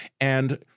And-